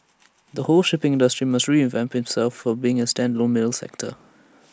the whole shipping industry must revamp itself from being A standalone middle sector